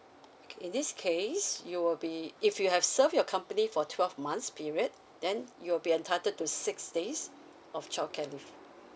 in this case you will be if you have served your company for twelve months period then you'll be entitled to six days of childcare leave